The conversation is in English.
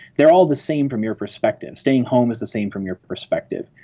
they are all the same from your perspective. staying home is the same from your perspective.